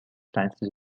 kleinste